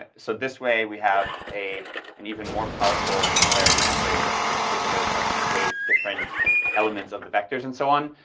ah so this way we have a and even more powerful similarity matrix that's multiplicative but can weigh different elements of the vectors and so on.